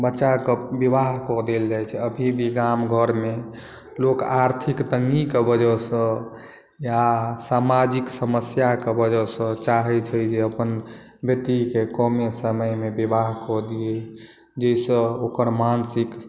बच्चा के विवाह कऽ देल जाइत छै अभी भी गाम घर मे लोक आर्थिक तंगी के वजह सॅं या सामाजिक समस्या के वजह सॅं चाहै छै जे अपन बेटी के कमे समय मे विवाह कऽ दियै जाहिसॅं ओकर मानसिक